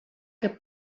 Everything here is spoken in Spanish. que